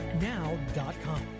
now.com